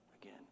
again